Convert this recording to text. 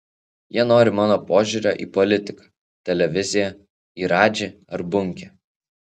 jie nori mano požiūrio į politiką televiziją į radžį ar bunkę